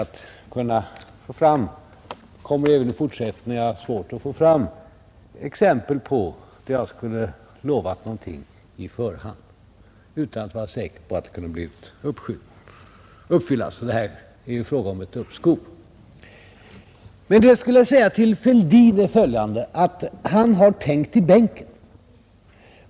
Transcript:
Det kommer även framdeles att vara svårt att hitta ett exempel på att jag lovat någonting på förhand utan att vara säker på att det kunde uppfyllas. Och här är det ju fråga om uppskov. Vad jag sedan ville säga till herr Fälldin var, att han har tänkt i bänken.